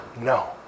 No